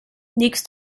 liegst